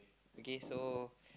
okay so